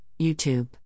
YouTube